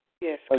Yes